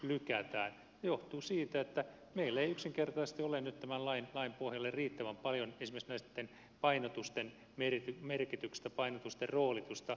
se johtuu siitä että meillä ei yksinkertaisesti ole nyt tämän lain pohjalle riittävän paljon tutkimustietoa esimerkiksi näitten painotusten merkityksestä roolista